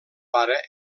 pare